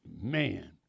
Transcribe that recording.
man